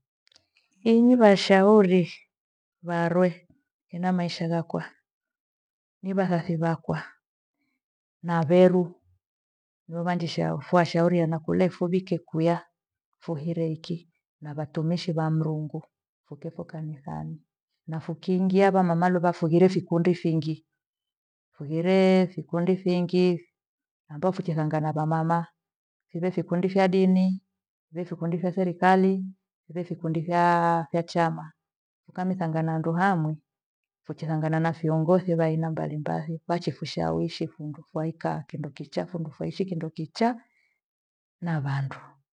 Inyi vashauri varwe ena maisha ghakwa ni vasasi vyakwa na veru. Niumaunjishau fuashauriana kule fowikie kuya fohire hiki na vatumishi vya Mrungu fikifo kanithani. Na fukiingia vamamalo vakufughire fikundi fingi kweghire vikundi fingi ambafo ukichanga nabamama fire vikundi, vefikundi vya therikali, vefikundi vya- a vya chama. Ukamithanga na handu hamwi fuchihangana na viongothi vya aina mbalimbali vachikushawishi fundu faikaa kindo kichaa, fundu faichi kindo kichaa na vandu.